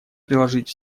приложить